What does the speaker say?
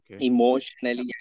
emotionally